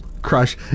crush